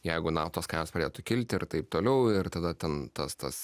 jeigu naftos kainos pradėtų kilti ir taip toliau ir tada ten tas tas